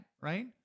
Right